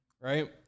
right